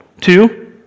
Two